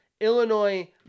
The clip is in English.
Illinois